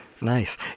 Nice